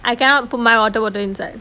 I cannot put my water bottle inside